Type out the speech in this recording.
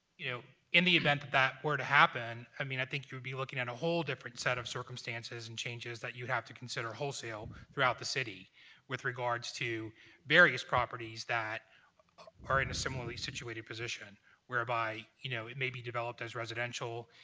you know, in the event that that were to happen, i mean, i think you would be looking at a whole different set of circumstances and changes that you'd have to consider wholesale throughout the city with regards to various properties that are in a similar situated position whereby, you know, it may be developed as residential,